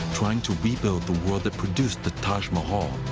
trying to rebuild the world that produced the taj mahal.